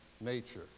nature